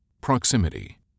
Proximity